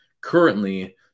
currently